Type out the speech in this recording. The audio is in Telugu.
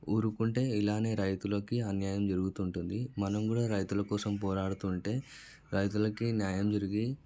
ఊరుకుంటే ఇలానే రైతులకి అన్యాయం జరుగుతుంటుంది మనం కూడా రైతుల కోసం పోరాడుతుంటే రైతులకి న్యాయం జరిగే